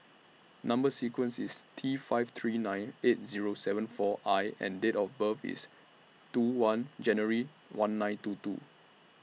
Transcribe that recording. Number sequence IS T five three nine eight Zero seven four I and Date of birth IS two one January one nine two two